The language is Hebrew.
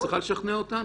את צריכה לשכנע אותנו.